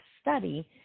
study